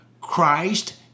Christ